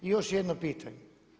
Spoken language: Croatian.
I još jedno pitanje.